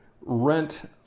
rent